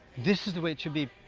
this is the way it should be.